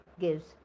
gives